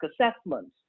assessments